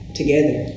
together